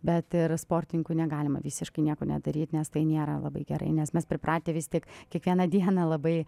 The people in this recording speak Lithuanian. bet ir sportininkui negalima visiškai nieko nedaryti nes tai nėra labai gerai nes mes pripratę vis tik kiekvieną dieną labai